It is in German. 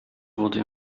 wurde